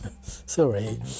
sorry